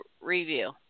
review